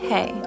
Hey